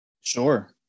Sure